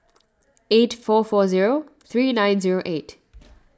eight four four zero three nine zero eight